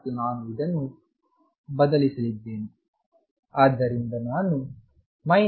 ಆದ್ದರಿಂದ ನಾನು 22m ಪಡೆಯುತ್ತೇನೆ